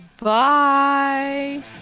Bye